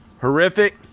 Horrific